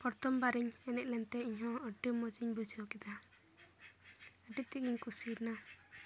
ᱯᱨᱚᱛᱷᱚᱢ ᱵᱟᱨᱤᱧ ᱮᱱᱮᱡ ᱞᱮᱱᱛᱮ ᱤᱧᱦᱚᱸ ᱟᱹᱰᱤ ᱢᱚᱡᱽᱤᱧ ᱵᱩᱡᱷᱟᱹᱣ ᱠᱮᱫᱟ ᱟᱹᱰᱤ ᱛᱮᱫᱜᱤᱧ ᱠᱩᱥᱤᱭᱮᱱᱟ